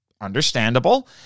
understandable